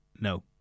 No